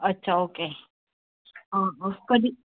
अच्छा ओके कधी